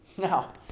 Now